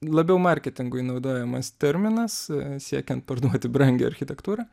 labiau marketingui naudojamas terminas siekiant parduoti brangią architektūrą